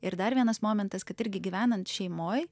ir dar vienas momentas kad irgi gyvenant šeimoj